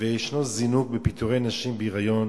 ויש זינוק בפיטורי נשים בהיריון.